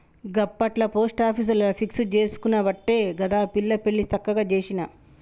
గప్పట్ల పోస్టాపీసుల ఫిక్స్ జేసుకునవట్టే గదా పిల్ల పెండ్లి సక్కగ జేసిన